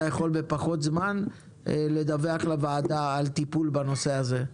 יכול לעשות את בפחות זמן ולדווח לוועדה על טיפול בנושא הזה.